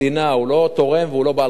הוא לא תורם והוא לא בעל חסד,